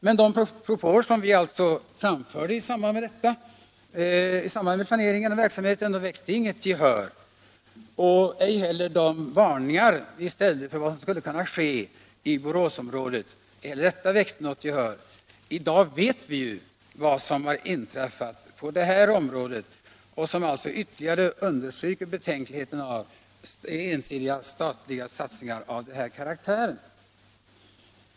Men de propåer som vi framförde i samband med planeringen av verksamheten väckte inget gehör, ej heller våra varningar för vad som skulle kunna ske i Boråsområdet. I dag vet vi vad som har inträffat på detta område och som ytterligare understryker det betänkliga i ensidiga statliga satsningar av denna karaktär.